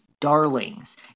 darlings